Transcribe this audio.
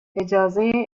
اجازه